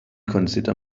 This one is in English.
consider